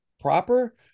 proper